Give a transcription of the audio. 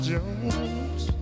Jones